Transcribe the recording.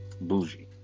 Bougie